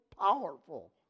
powerful